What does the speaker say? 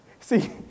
See